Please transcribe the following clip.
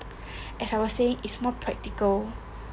as I was saying is more practical